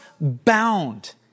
bound